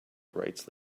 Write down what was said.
rights